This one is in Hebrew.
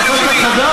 ואחר כך חד"ש,